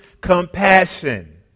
compassion